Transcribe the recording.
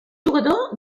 jugador